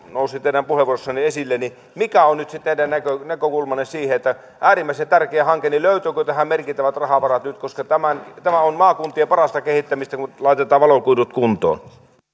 nousi teidän puheenvuorossanne esille niin mikä on teidän näkökulmanne siihen että kun on äärimmäisen tärkeä hanke niin löytyykö tähän merkittävät rahavarat nyt koska tämä on maakuntien parasta kehittämistä kun laitetaan valokuidut kuntoon